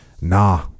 Nah